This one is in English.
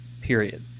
period